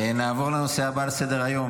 נעבור לנושא הבא על סדר-היום,